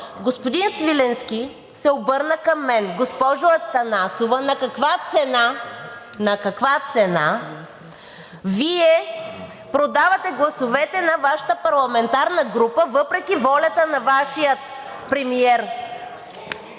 господин Свиленски се обърна към мен: „Госпожо Атанасова, на каква цена Вие продавате гласовете на Вашата парламентарна група въпреки волята на Вашия премиер